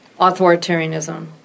authoritarianism